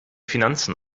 finanzen